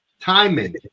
Timing